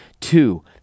two